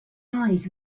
eyes